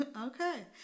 Okay